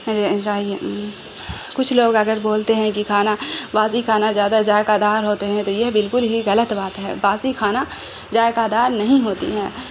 جائیے کچھ لوگ اگر بولتے ہیں کہ کھانا باسی کھانا زیادہ ذائقہ دار ہوتے ہیں تو یہ بالکل ہی غلط بات ہے باسی کھانا ذائقہ دار نہیں ہوتی ہیں